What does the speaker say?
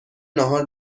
ناهار